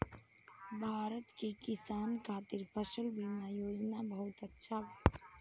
भारत के किसान खातिर फसल बीमा योजना बहुत अच्छा बा